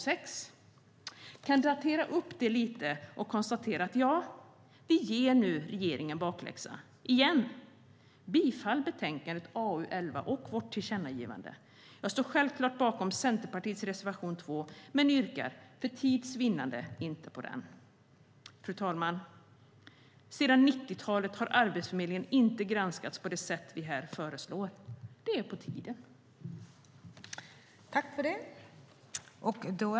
Jag kan uppdatera det lite och konstatera att vi nu ger regeringen bakläxa, igen. Jag yrkar bifall till förslaget i betänkande AU11 och till vårt tillkännagivande. Jag står självklart bakom Centerpartiets reservation 2 men yrkar för tids vinnande inte bifall till den. Fru talman! Sedan 90-talet har Arbetsförmedlingen inte granskats på det sätt som vi här föreslår.